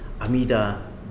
Amida